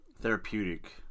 therapeutic